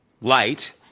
light